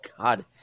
God